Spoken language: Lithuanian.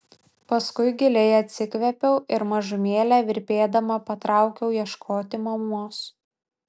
paskui giliai atsikvėpiau ir mažumėlę virpėdama patraukiau ieškoti mamos